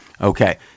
Okay